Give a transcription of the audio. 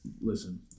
listen